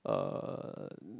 uh